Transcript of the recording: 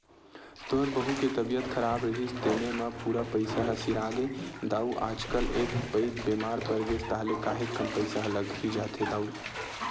तोर बहू के तबीयत खराब रिहिस तेने म पूरा पइसा ह सिरागे दाऊ आजकल एक पइत बेमार परगेस ताहले काहेक कन पइसा ह लग ही जाथे दाऊ